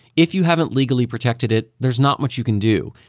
if you haven't legally protected it, there's not much you can do.